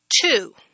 Two